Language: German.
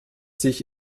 sich